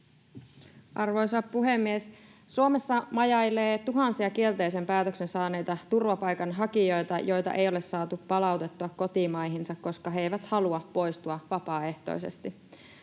Arvoisa puhemies! Suomessa majailee tuhansia kielteisen päätöksen saaneita turvapaikanhakijoita, joita ei ole saatu palautettua kotimaihinsa, koska he eivät halua poistua vapaaehtoisesti.